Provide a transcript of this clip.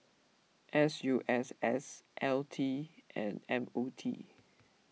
S U S S L T and M O T